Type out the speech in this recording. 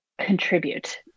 contribute